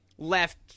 left